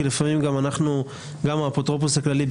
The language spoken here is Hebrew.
כי לפעמים גם האפוטרופוס הכללי,